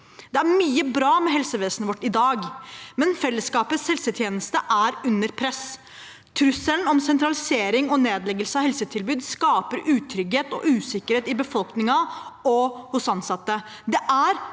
Det er mye bra med helsevesenet vårt i dag, men fellesskapets helsetjeneste er under press. Trusselen om sentralisering og nedleggelse av helsetilbud skaper utrygghet og usikkerhet i befolkningen og hos ansatte.